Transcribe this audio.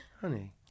Honey